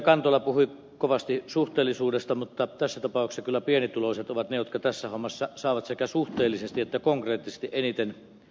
kantola puhui kovasti suhteellisuudesta mutta tässä tapauksessa kyllä pienituloiset ovat ne jotka tässä hommassa saavat sekä suhteellisesti että konkreettisesti eniten